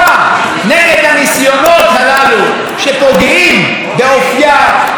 שפוגעים באופייה ובדמותה של הדמוקרטיה הישראלית.